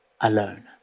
alone